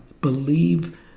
believe